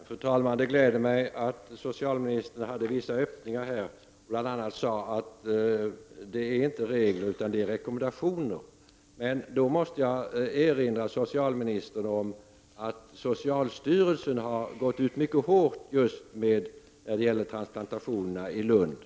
Fru talman! Det gläder mig att socialministern hade vissa öppningar. Bl.a. sade hon att det inte är regler, utan rekommendationer. Men då måste jag erinra socialministern om att socialstyrelsen har gått ut mycket hårt just när det gäller transplantationerna i Lund.